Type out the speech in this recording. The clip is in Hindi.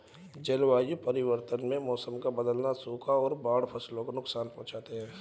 जलवायु परिवर्तन में मौसम का बदलना, सूखा और बाढ़ फसलों को नुकसान पहुँचाते है